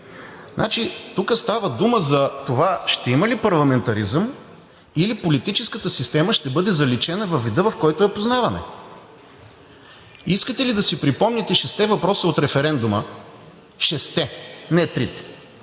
тук става дума за това – ще има ли парламентаризъм, или политическата система ще бъде заличена във вида, в който я познаваме? Искате ли да си припомните шестте въпроса от референдума? Шестте,